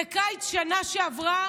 בקיץ בשנה שעברה